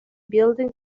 building